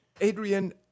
Adrian